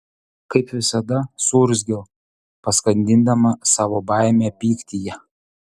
kaip visada suurzgiau paskandindama savo baimę pyktyje